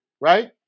right